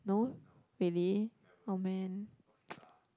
no really oh man